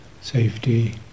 safety